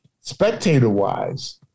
spectator-wise